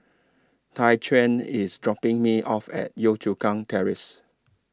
Tyquan IS dropping Me off At Yio Chu Kang Terrace